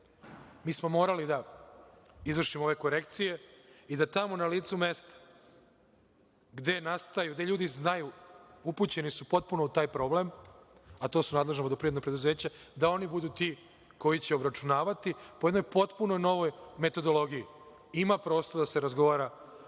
Mi smo morali da izvršimo ove korekcije i da tamo na licu mesta, gde nastaju, gde ljudi znaju, upućeni su potpuno u taj problem, a to su nadležna vodoprivredna preduzeće, da oni budu ti koji će obračunavati po jednoj potpuno novoj metodologiji. Ima prostora da se razgovara